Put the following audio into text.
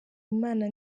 imana